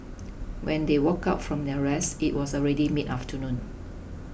when they woke up from their rest it was already mid afternoon